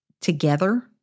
together